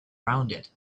rounded